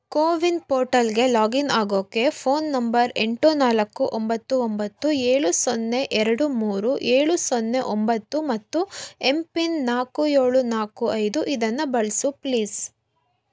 ಕೋವಿನ್ ಪೋರ್ಟಲ್ಗೆ ಲಾಗಿನ್ ಆಗೋಕ್ಕೆ phone number ಎಂಟು ನಾಲ್ಕು ಒಂಬತ್ತು ಒಂಬತ್ತು ಏಳು ಸೊನ್ನೆ ಎರಡು ಮೂರು ಏಳು ಸೊನ್ನೆ ಒಂಬತ್ತು ಮತ್ತು ಎಂ ಪಿನ್ ನಾಲ್ಕು ಏಳು ನಾಲ್ಕು ಐದು ಇದನ್ನು ಬಳಸು ಪ್ಲೀಸ್